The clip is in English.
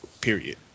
period